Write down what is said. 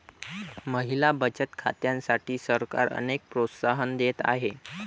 महिला बचत खात्यांसाठी सरकार अनेक प्रोत्साहन देत आहे